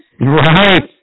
Right